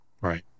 right